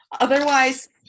Otherwise